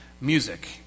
music